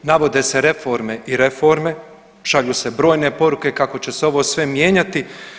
Navode se reforme i reforme, šalju se brojne poruke kako će se ovo sve mijenjati.